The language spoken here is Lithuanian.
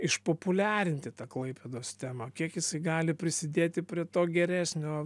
išpopuliarinti tą klaipėdos temą kiek jis gali prisidėti prie to geresnio